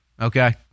Okay